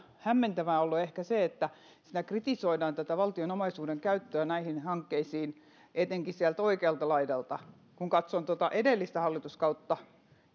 hämmentävää ollut ehkä se että siinä kritisoidaan valtion omaisuuden käyttöä näihin hankkeisiin etenkin sieltä oikealta laidalta kun katson edellistä hallituskautta